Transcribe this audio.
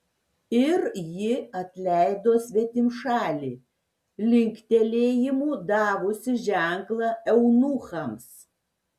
ir ji atleido svetimšalį linktelėjimu davusi ženklą eunuchams